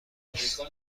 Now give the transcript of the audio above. است